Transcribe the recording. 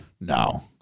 No